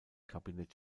kabinett